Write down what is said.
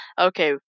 Okay